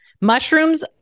Mushrooms